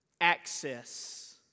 access